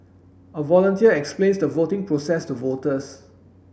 a volunteer explains the voting process to voters